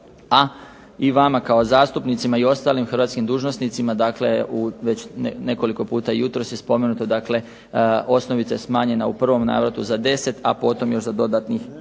a i vama kao zastupnicima i ostalim hrvatskim dužnosnicima dakle već nekoliko puta jutros je spomenuto dakle osnovica je smanjena u prvom navratu za 10, a potom još za dodatnih